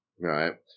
right